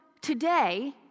today